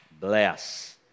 Bless